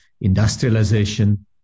industrialization